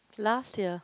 last year